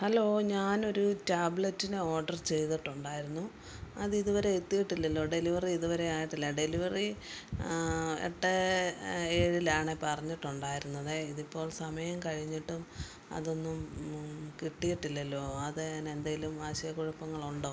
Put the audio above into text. hello ഞാനൊരു ടാബ്ലറ്റിന് order ചെയ്തിട്ടുണ്ടായിരുന്നു അതിതു വരെ എത്തിയിട്ടില്ലല്ലൊ ഡെലിവറിയിതുവരെയായിട്ടില്ല ഡെലിവറി എട്ടേ ഏഴിലാണ് പറഞ്ഞിട്ടുണ്ടായിരുന്നത് ഇതിപ്പോൾ സമയം കഴിഞ്ഞിട്ടും അതൊന്നും കിട്ടിയിട്ടില്ലല്ലോ അതിനെന്തേലും ആശയക്കുഴപ്പങ്ങളുണ്ടോ